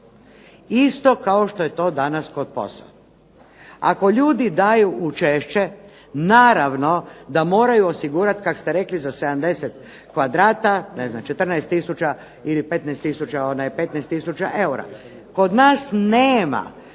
isto kao što je to danas kod POS-a. Ako ljudi daju učešće naravno da moraju osigurati kako ste rekli za 70 kvadrata ne znam 14 tisuća ili 15 tisuća eura. Kod nas nema